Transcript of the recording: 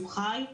הוא חי.